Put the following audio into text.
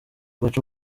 baca